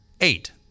eight